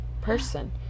Person